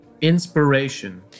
Inspiration